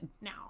now